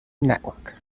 network